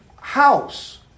house